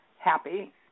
happy